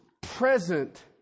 present